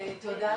ככה,